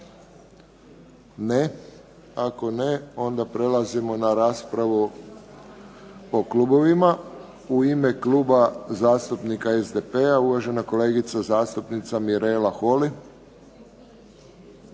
Ne. Ako ne onda prelazimo na raspravu po klubovima. U ime Kluba zastupnika SDP-a uvažena kolegica zastupnica Mirela Holy.